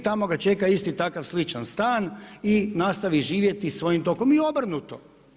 Tamo ga čeka isti takav sličan stan i nastavi živjeti svojim tokom i obrnuto.